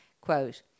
Quote